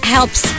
helps